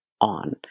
on